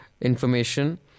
information